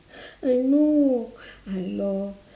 I know I know